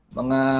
mga